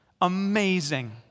Amazing